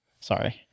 Sorry